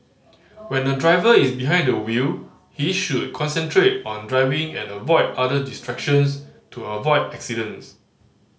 when a driver is behind the wheel he should concentrate on driving and avoid other distractions to avoid accidents